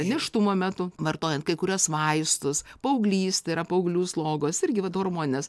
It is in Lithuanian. nėštumo metu vartojant kai kuriuos vaistus paauglystė yra paauglių slogos irgi vat hormoninės